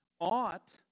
ought